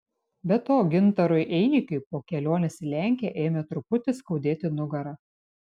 be to gintarui einikiui po kelionės į lenkiją ėmė truputį skaudėti nugarą